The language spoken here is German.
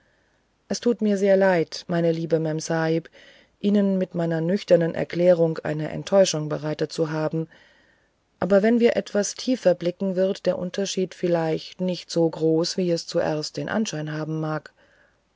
es tut mir sehr leid meine liebe memsahib ihnen mit meiner nüchternen erklärung eine enttäuschung bereitet zu haben aber wenn wir etwas tiefer blicken wird der unterschied vielleicht nicht so groß wie es zuerst den anschein haben mag